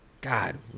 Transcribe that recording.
God